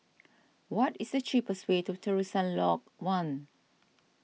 what is the cheapest way to Terusan Lodge one